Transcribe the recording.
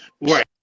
right